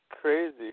crazy